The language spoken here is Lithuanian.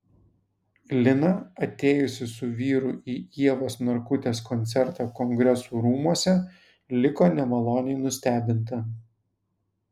lina atėjusi su vyru į ievos narkutės koncertą kongresų rūmuose liko nemaloniai nustebinta